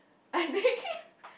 I think